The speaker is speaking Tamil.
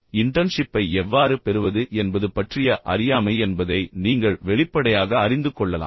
இப்போது இன்டர்ன்ஷிப்பை எவ்வாறு பெறுவது என்பது பற்றிய முழுமையான அறியாமை என்பதை நீங்கள் வெளிப்படையாக அறிந்து கொள்ளலாம்